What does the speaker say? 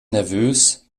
nervös